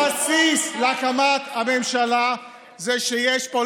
הבסיס להקמת הממשלה זה שיש פה,